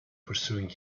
pursuing